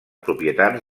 propietats